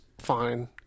fine